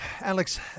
Alex